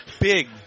big